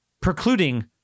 precluding